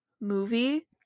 movie